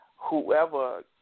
Whoever